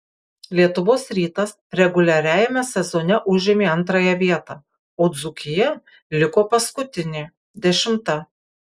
lietuvos rytas reguliariajame sezone užėmė antrąją vietą o dzūkija liko paskutinė dešimta